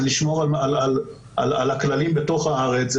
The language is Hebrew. זה לשמור על הכללים בתוך הארץ,